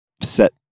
set